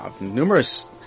numerous